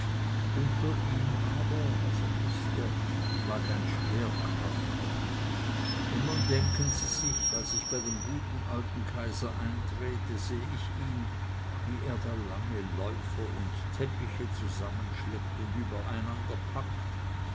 unter ihm aber was er wußte lag ein schwerkranker und nun denken sie sich als ich bei dem guten alten kaiser eintrete seh ich ihn wie er da lange läufer und teppiche zusammenschleppt und